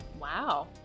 Wow